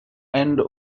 and